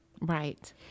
Right